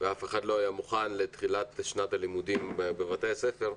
ואף אחד לא היה מוכן לתחילת שנת הלימודים בבתי הספר,